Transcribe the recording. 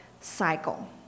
cycle